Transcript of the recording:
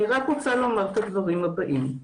אני רק רוצה לומר את הדברים הבאים,